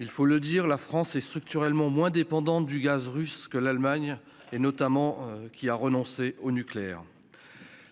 il faut le dire, la France est structurellement moins dépendante du gaz russe que l'Allemagne et, notamment, qui a renoncé au nucléaire,